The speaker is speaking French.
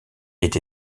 aient